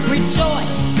Rejoice